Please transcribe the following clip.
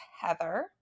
Heather